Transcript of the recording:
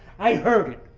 i heard it.